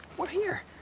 we're here,